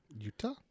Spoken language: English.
Utah